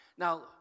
Now